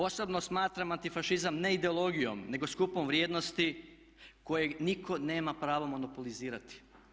Osobno smatram antifašizam ne ideologijom nego skupom vrijednosti koje nitko nema pravo monopolizirati.